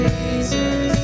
Jesus